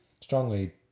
strongly